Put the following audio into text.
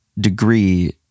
degree